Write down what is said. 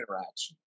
interaction